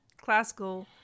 classical